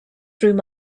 through